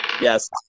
Yes